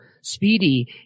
Speedy